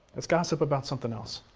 let's gossip about somethin' else.